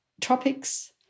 tropics